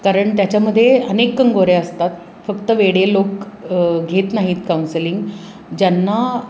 कारण त्याच्यामध्ये अनेक कंगोरे असतात फक्त वेडे लोक घेत नाहीत काउन्सिलिंग ज्यांना